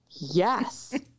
Yes